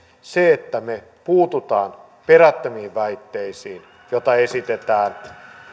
se että me puutumme perättömiin väitteisiin joita esitetään